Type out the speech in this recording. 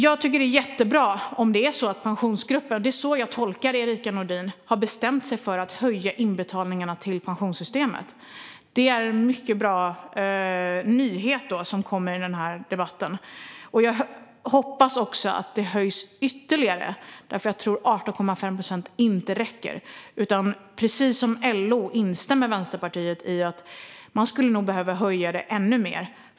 Jag tycker att det är jättebra om Pensionsgruppen har bestämt sig för att höja inbetalningarna till pensionssystemet - det är så jag tolkar Erica Nådin. Det är en mycket bra nyhet som kommer i denna debatt. Jag hoppas också att det höjs ytterligare, för jag tror inte att 18,5 procent räcker. Precis som LO instämmer Vänsterpartiet i att detta nog skulle behöva höjas ännu mer.